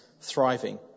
thriving